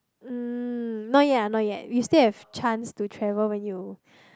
mm not yet not yet you still have chance to travel when you